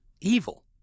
evil